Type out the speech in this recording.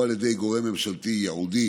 או על ידי גורם ממשלתי ייעודי